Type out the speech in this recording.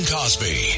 Cosby